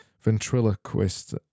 ventriloquist